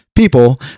People